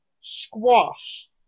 Squash